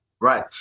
Right